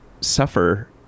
suffer